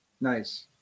Nice